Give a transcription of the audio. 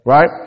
Right